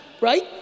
right